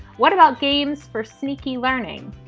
what about games for sneaky learning?